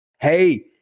Hey